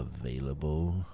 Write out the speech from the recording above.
Available